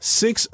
six